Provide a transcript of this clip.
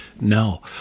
no